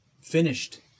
finished